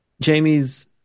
Jamie's